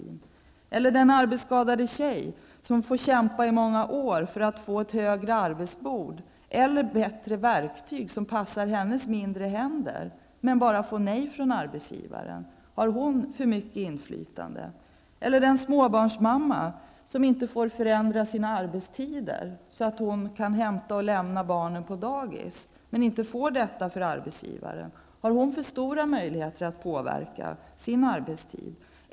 Eller hur förhåller det sig beträffande den arbetsskadade flicka som får kämpa i många år för att få ett högre arbetsbord eller bättre verktyg som passar hennes mindre händer? Man fick bara nej från arbetsgivaren. Har den flickan för mycket inflytande? Eller hur förhåller det sig med situationen för den småbarnsmamma som inte får förändra sina arbetstider, så att hon kan hämta och lämna barnen på dagis? Hon får inte detta för arbetsgivaren? Har denna småbarnsmamma för stora möjligheter att påverka sin arbetstid?